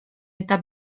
eta